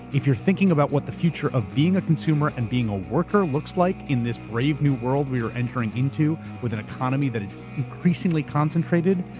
if you're thinking about what the future of being a consumer and being a worker looks like in this brave new world we are entering into with an economy that is increasingly concentrated,